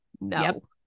no